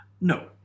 no